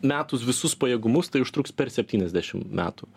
metus visus pajėgumus tai užtruks per septyniasdešim metų